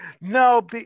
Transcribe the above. No